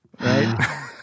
right